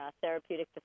Therapeutic